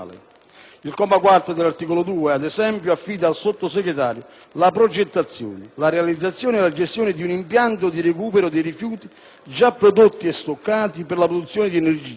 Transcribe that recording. Il comma 4 dell'articolo 2, ad esempio, affida al Sottosegretario la progettazione, la realizzazione e la gestione di un impianto di recupero dei rifiuti già prodotti e stoccati per la produzione di energia,